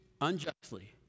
unjustly